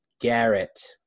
Garrett